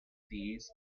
these